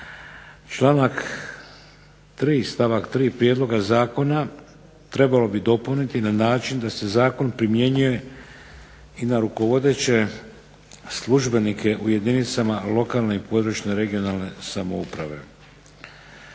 Članak 3. stavak 3. prijedloga zakona trebalo bi dopuniti na način da se zakon primjenjuje i na rukovodeće službenike u jedinicama lokalne i područne (regionalne) samouprave.